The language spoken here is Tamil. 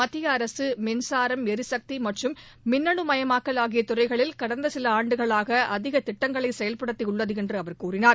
மத்திய அரசு மின்சாரம் எரிசக்தி மற்றும் மின்னணு மயமாக்கல் ஆகிய துறைகளில் கடந்த சில ஆண்டுகளாக அதிக திட்டங்களை செயல்படுத்தியுள்ளது என்று அவர் கூறினார்